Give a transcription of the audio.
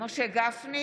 אינו נוכח סימון